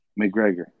McGregor